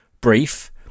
brief